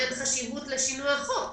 אין לזה חשיבות לשינוי החוק.